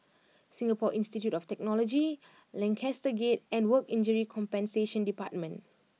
Singapore Institute of Technology Lancaster Gate and Work Injury Compensation Department